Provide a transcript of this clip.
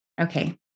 Okay